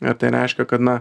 ir tai reiškia kad na